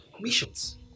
Missions